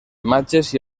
imatges